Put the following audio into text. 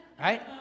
right